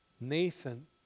Nathan